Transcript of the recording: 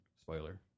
Spoiler